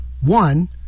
One